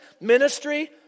ministry